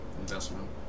investment